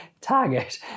target